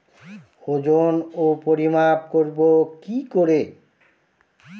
ওজন ও পরিমাপ করব কি করে?